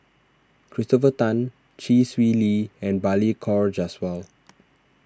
Christopher Tan Chee Swee Lee and Balli Kaur Jaswal